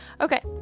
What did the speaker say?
Okay